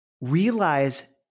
realize